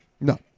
No